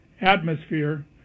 atmosphere